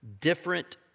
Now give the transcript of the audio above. different